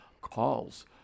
calls